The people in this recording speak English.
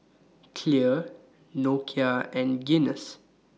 Clear Nokia and Guinness